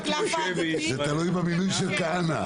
זה תלוי במינוי של כהנא.